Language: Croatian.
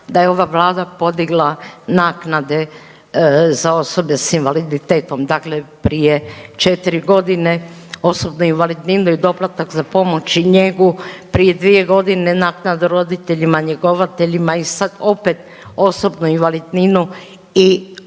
da je ova Vlada podigla naknade za osobe sa invaliditetom, dakle prije 4 godine osobnu invalidninu i doplatak za pomoć i njegu, prije dvije godine naknadu roditeljima njegovateljima i sad opet osobnu invalidninu i